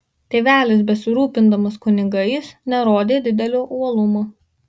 tėvelis besirūpindamas kunigais nerodė didelio uolumo